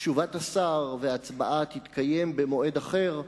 תשובת השר והצבעה תתקיים במועד אחר,